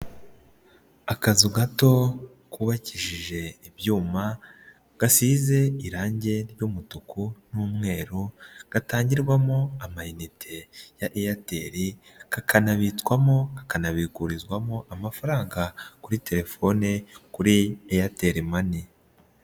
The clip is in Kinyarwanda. Akazu gato kubakishijwe ibyuma, gasize irangi ry'umutuku n'umweru, gatangirwamo amayinite ya Airtel, kakanabitswamo, kanabikurizwamo amafaranga kuri telefone kuri Airtel money.